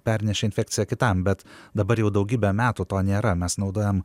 pernešė infekciją kitam bet dabar jau daugybę metų to nėra mes naudojam